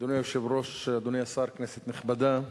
אדוני היושב-ראש, אדוני השר, כנסת נכבדה,